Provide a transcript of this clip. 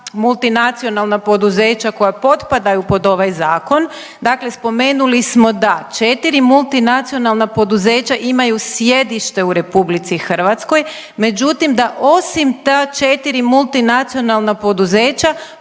multinacionalna poduzeća koja potpadaju pod ovaj Zakon, dakle spomenuli smo da 4 multinacionalna poduzeća imaju sjedište u RH, međutim, da osim ta 4 multinacionalna poduzeća